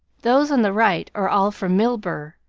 those on the right are all from milburgh.